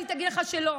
אז היא תגיד לך שלא.